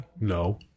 No